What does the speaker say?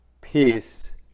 peace